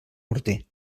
morter